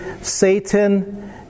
Satan